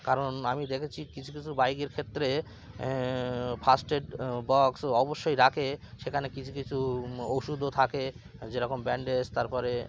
কারণ আমি দেখেছি কিছু কিছু বাইকের ক্ষেত্রে ফার্স্ট এড বক্স অবশ্যই রাখে সেখানে কিছু কিছু ওষুধও থাকে যেরকম ব্যান্ডেজ তার পরে